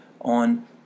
on